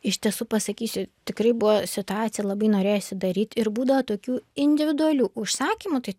iš tiesų pasakysiu tikrai buvo situacija labai norėjosi daryt ir būdavo tokių individualių užsakymų tai